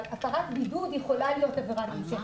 הפרת בידוד יכולה להיות עבירה נמשכת.